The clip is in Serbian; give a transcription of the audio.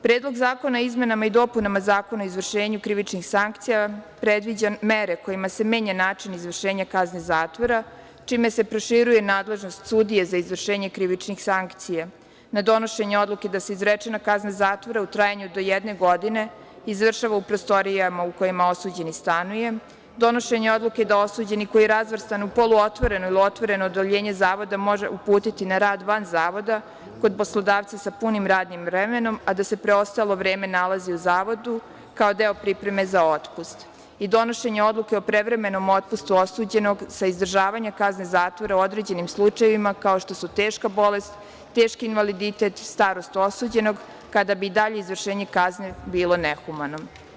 Predlog zakona o izmenama i dopunama Zakona o izvršenju krivičnih sankcija predviđa mere kojima se menja način izvršenja kazni zatvora, čime se proširuje nadležnost sudije za izvršenje krivičnih sankcija, na donošenje odluke da se izrečena kazna zatvora u trajanju do jedne godine izvršava u prostorijama u kojima osuđeni stanuje, donošenje odluke da se osuđeni koji je razvrstan u poluotvoreno ili otvoreno odeljenje zavoda može uputiti na rad van zavoda kod poslodavca sa punim radnim vremenom, a da se preostalo vreme nalazi u zavodu, kao deo pripreme za otpust i donošenje odluke o prevremenom otpustu osuđenog sa izdržavanje kazne zatvora u određenim slučajevima, kao što su teška bolest, teški invaliditet, starost osuđenog, kada bi dalje izvršenje kazne bilo nehumano.